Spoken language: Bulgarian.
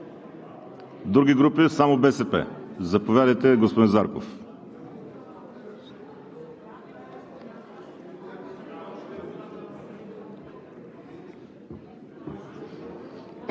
Други групи? Само БСП. Заповядайте, господин Зарков.